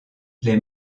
les